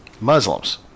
Muslims